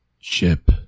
Ship